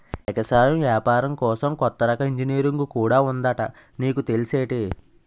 ఎగసాయం ఏపారం కోసం కొత్త రకం ఇంజనీరుంగు కూడా ఉందట నీకు తెల్సేటి?